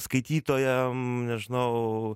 skaitytojam nežinau